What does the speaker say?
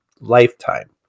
lifetime